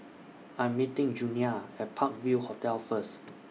I Am meeting Junia At Park View Hotel First